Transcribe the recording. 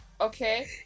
Okay